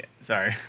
Sorry